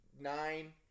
nine